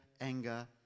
anger